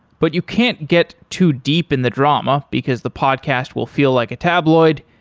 but you can't get too deep in the drama because the podcast will feel like a tabloid,